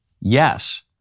yes